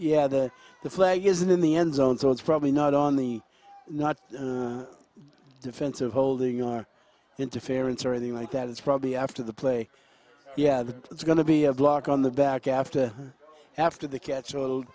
yeah the the flag isn't in the end zone so it's probably not on the not defensive holding our interference or anything like that it's probably after the play yeah that it's going to be a block on the back after after the catch a little